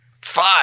Fuck